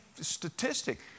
statistic